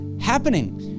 happening